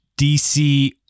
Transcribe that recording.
DC